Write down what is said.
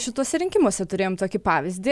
šituose rinkimuose turėjom tokį pavyzdį